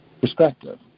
perspective